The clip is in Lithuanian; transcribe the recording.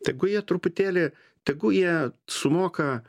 tegu jie truputėlį tegu jie sumoka